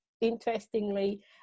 interestingly